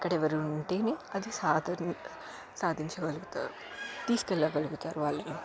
అక్కడ ఎవరు ఉంటేనే అది సాధించగలుగుతారు తీసుకెళ్ళగలుగుతారు వాళ్ళు